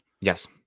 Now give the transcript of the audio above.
yes